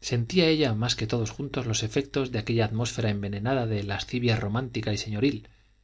sentía ella más que todos juntos los efectos de aquella atmósfera envenenada de lascivia romántica y señoril